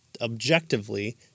objectively